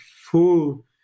full